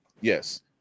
Yes